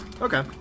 Okay